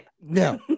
no